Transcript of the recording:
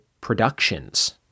productions